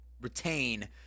retain